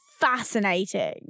fascinating